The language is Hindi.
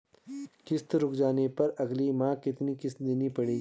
किश्त रुक जाने पर अगले माह कितनी किश्त देनी पड़ेगी?